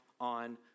on